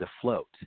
afloat